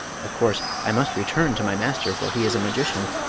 of course i must return to my master, for he is a magician,